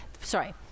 sorry